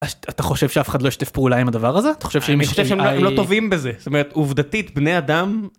אתה חושב שאף אחד לא ישתף פעולה עם הדבר הזה? אתה חושב שאם יש AI... אני חושב שהם לא טובים בזה. זאת אומרת, עובדתית בני אדם...